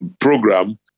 program